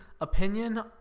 opinion